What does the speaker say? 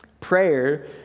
prayer